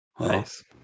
Nice